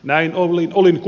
näin olin kuulevinani